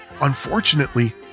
Unfortunately